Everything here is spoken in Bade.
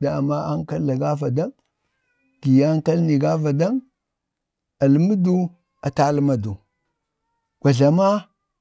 dama ankal-la ga vadak, gi yii ankalni ga vadaŋ, almədu, atəlmadu, wa jlama,